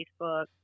Facebook